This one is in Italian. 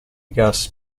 gas